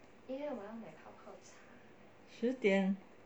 十点